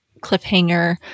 cliffhanger